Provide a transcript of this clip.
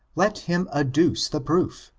let him adduce the proof.